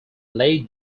late